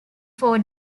four